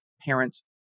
parents